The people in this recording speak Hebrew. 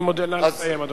אני מודה.